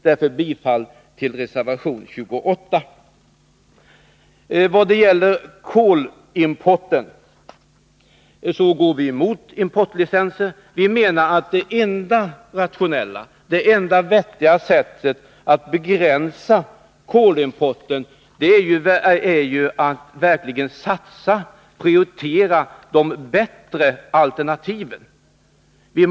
Därför yrkar jag bifall till reservation 28. Vad gäller kolimporten går vi emot importlicenser. Vi menar att det enda rationella och vettiga sättet att begränsa kolimporten är att verkligen prioritera de bättre alternativen.